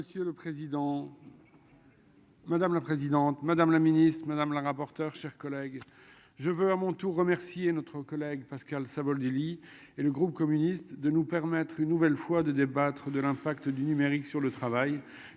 Monsieur le président. Madame la présidente, madame la ministre madame la rapporteure, chers collègues, je veux à mon tour remercier notre collègue Pascal Savoldelli, et le groupe communiste de nous permettre une nouvelle fois de débattre de l'impact du numérique sur le travail